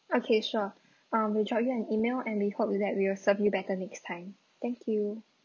okay sure uh will drop you an email and we hope that we will serve you better next time thank you